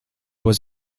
was